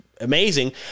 amazing